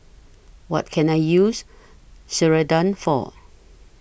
What Can I use Ceradan For